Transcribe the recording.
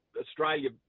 Australia